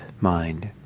mind